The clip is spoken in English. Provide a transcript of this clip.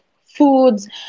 foods